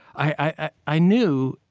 i i knew,